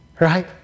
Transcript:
right